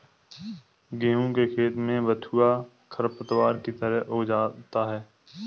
गेहूँ के खेत में बथुआ खरपतवार की तरह उग आता है